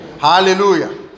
Hallelujah